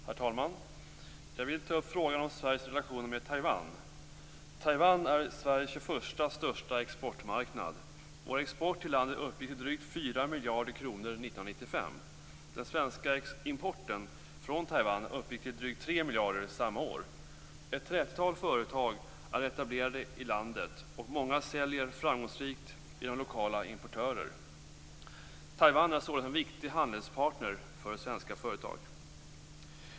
Herr talman! Jag vill ta upp frågan om Sveriges relationer med Taiwan. Taiwan är Sveriges tjugoförsta största exportmarknad. Exporten till landet uppgick till drygt 4 Taiwan uppgick till drygt 3 miljarder samma år. Ett trettiotal svenska företag är etablerade i landet och många andra säljer framgångsrikt genom lokala importörer. Taiwan är således en viktig handelspartner för svenska företag.